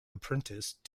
apprenticed